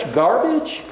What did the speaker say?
garbage